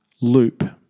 loop